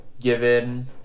given